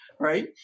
right